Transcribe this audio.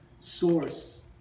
Source